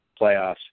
playoffs